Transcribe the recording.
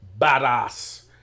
Badass